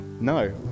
No